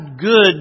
good